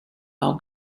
how